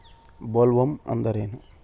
Bollworm ಅಂದ್ರೇನು?